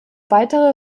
weitere